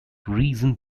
reason